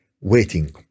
waiting